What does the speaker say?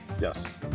Yes